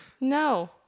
No